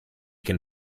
can